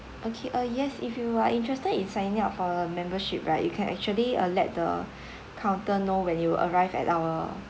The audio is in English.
okay uh yes if you are interested in signing up for a membership right you can actually uh let the counter know when you arrive at our